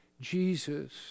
Jesus